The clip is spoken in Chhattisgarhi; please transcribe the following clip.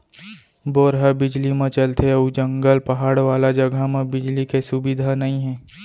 बोर ह बिजली म चलथे अउ जंगल, पहाड़ वाला जघा म बिजली के सुबिधा नइ हे